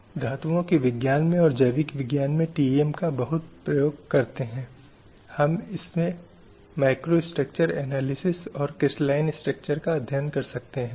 तो कहीं कहीं मानवाधिकारों की सार्वभौमिक घोषणा ने मानवाधिकारों की मूल धारणा और अधिकारों की मूल धारणा पर फिर से जोर दिया जो समाज में रहने और गरिमा और सम्मान के साथ जीने के लिए आवश्यक हैं